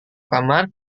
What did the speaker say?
kamar